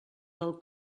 del